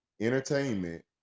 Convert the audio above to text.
Entertainment